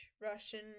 Russian